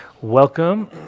welcome